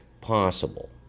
possible